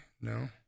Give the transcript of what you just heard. No